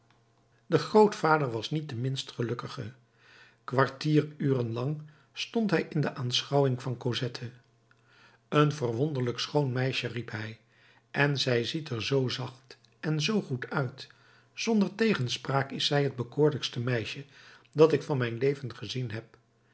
de grootvader was niet de minst gelukkige kwartieruren lang stond hij in de aanschouwing van cosette een verwonderlijk schoon meisje riep hij en zij ziet er zoo zacht en zoo goed uit zonder tegenspraak is zij het bekoorlijkste meisje dat ik van mijn leven gezien heb